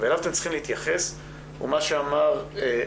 ואליו אתם צריכים להתייחס הוא מה שאמר רועי,